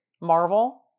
Marvel